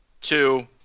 two